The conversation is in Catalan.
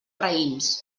raïms